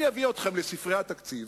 אני אביא אתכם לספרי התקציב